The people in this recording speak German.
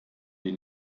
die